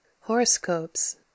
horoscopes